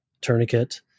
tourniquet